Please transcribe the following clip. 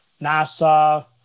NASA